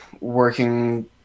working